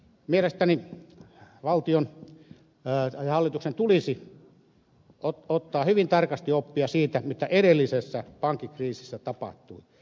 mielestäni hallituksen tulisi ottaa hyvin tarkasti oppia siitä mitä edellisessä pankkikriisissä tapahtui